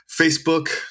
Facebook